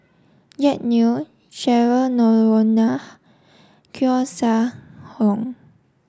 Jack Neo Cheryl Noronha Koeh Sia